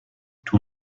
tous